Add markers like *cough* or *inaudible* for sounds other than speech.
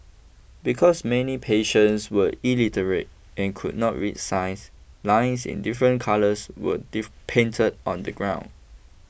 because many patients were illiterate and could not read signs lines in different colours were *unintelligible* painted on the ground